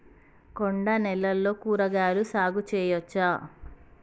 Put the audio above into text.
కొండ నేలల్లో కూరగాయల సాగు చేయచ్చా?